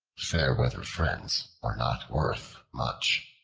fair weather friends are not worth much.